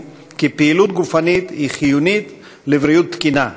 כי פעילות גופנית היא חיונית לבריאות תקינה,